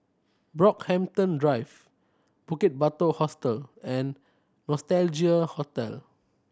Brockhampton Drive Bukit Batok Hostel and Nostalgia Hotel